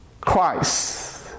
Christ